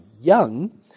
young